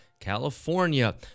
California